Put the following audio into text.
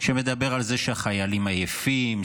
שמדבר על זה שהחיילים עייפים,